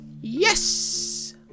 Yes